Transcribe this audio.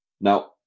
Now